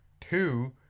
Two